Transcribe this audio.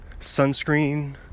sunscreen